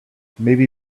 maybe